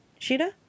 Shida